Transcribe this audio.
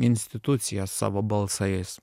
institucija savo balsais